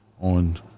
on